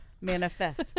Manifest